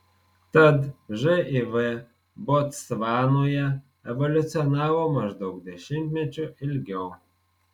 tad živ botsvanoje evoliucionavo maždaug dešimtmečiu ilgiau